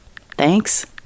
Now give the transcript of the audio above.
Thanks